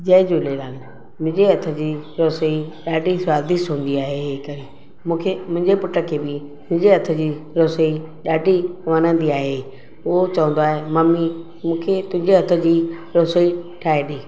जय झूलेलाल मुंहिंजे हथजी रसोई ॾाढी स्वादिष्ट हूंदी आहे इनकरे मूंखे मुंहिंजे पुट खे बि मुंहिंजे हथ जी रसोई ॾाढी वणंदी आहे उहो चवंदो आहे ममी मूंखे तुंहिंजे हथ जी रसोई ठाहे ॾे